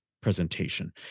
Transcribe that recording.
presentation